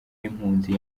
y’impunzi